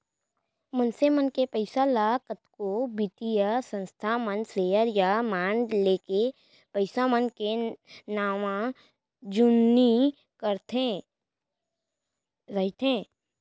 मनसे मन के पइसा ल कतको बित्तीय संस्था मन सेयर या बांड लेके पइसा मन के नवा जुन्नी करते रइथे